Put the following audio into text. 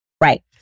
right